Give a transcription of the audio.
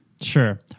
Sure